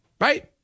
right